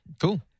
Cool